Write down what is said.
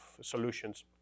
solutions